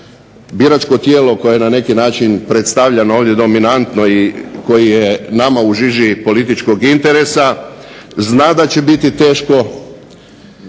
biračko tijelo koje na neki način predstavljeno ovdje dominantno i koje je nama u žiži političkog interesa zna da će biti teško.